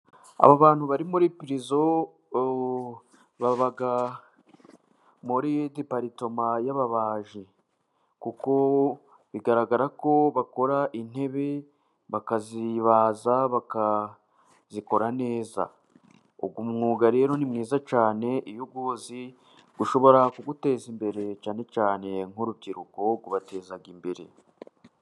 Aba bantu bari muri pirizo, baba muri diparitoma y'ababaji. Kuko bigaragara ko bakora intebe, bakazibaza, bakazikora neza. Uyu mwuga rero ni mwiza cyane, iyo uwuzi ushobora kuguteza imbere, cyane cyane nk'urubyiruko, ubabateza imbere.